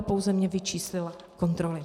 Pouze mi vyčíslila kontroly.